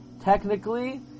Technically